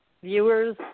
viewers